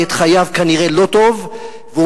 שכנראה לא חי טוב את חייו,